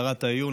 הגדרת איום),